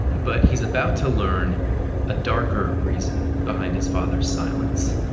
but he's about to learn a darker reason behind his father's silence.